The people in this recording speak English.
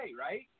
right